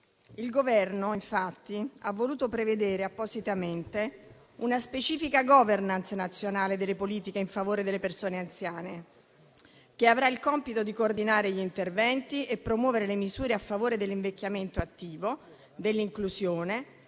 Il Governo infatti ha voluto prevedere appositamente una specifica *governance* nazionale delle politiche in favore delle persone anziane, che avrà il compito di coordinare gli interventi e promuovere le misure a favore dell'invecchiamento attivo e dell'inclusione